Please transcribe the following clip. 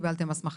קיבלתם הסמכה.